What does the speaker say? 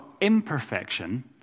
imperfection